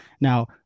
Now